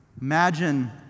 Imagine